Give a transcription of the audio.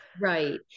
Right